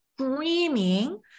screaming